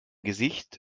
gesicht